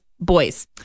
boys